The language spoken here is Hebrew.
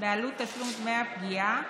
בעלות תשלום דמי הפגיעה